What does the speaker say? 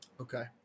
Okay